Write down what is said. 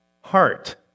Heart